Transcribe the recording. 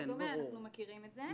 אנחנו מכירים את זה.